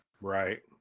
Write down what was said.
Right